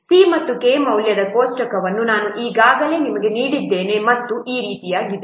c ಮತ್ತು k ಮೌಲ್ಯದ ಕೋಷ್ಟಕವನ್ನು ನಾನು ಈಗಾಗಲೇ ನಿಮಗೆ ನೀಡಿದ್ದೇನೆ ಮತ್ತು ಈ ರೀತಿಯಾಗಿದೆ